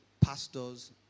pastor's